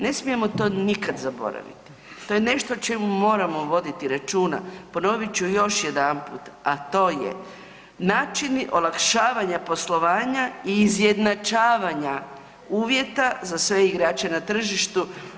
Ne smijemo to nikad zaboraviti, to je nešto o čemu moramo voditi računa, ponovit ću još jedanput, a to je načini olakšavanja poslovanja i izjednačavanja uvjeta za sve igrače na tržištu.